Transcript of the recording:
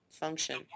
function